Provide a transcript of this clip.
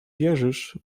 wierzysz